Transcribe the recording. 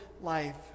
life